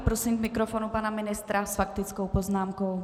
Prosím k mikrofonu pana ministra s faktickou poznámkou.